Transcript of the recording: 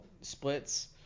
splits